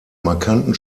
markanten